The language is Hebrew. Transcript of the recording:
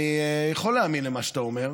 אני יכול להאמין למה שאתה אומר,